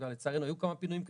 וגם לצערנו היו כמה פינויים כאלה,